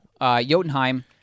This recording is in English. Jotunheim